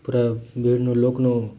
ପୁରା ଭିଡ଼୍ ନ ଲୋକ୍ ନ